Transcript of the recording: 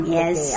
yes